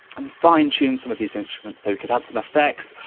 um fine tune some of these instruments, so we can add some effects,